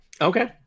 okay